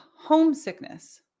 homesickness